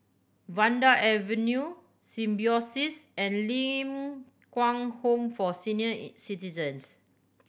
Vanda Avenue Symbiosis and Ling Kwang Home for Senior Citizens